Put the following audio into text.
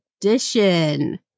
Edition